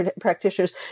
practitioners